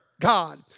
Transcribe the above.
God